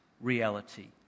reality